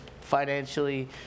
financially